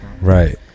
Right